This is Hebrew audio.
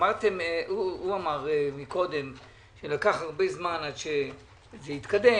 הוא אמר שלקח הרבה זמן עד שזה התקדם,